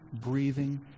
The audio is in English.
breathing